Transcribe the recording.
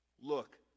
look